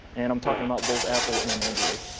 and i'm talking about both apple and android.